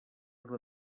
una